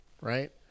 Right